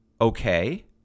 okay